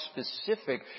specific